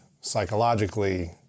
psychologically